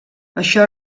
això